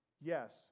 yes